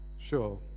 Sure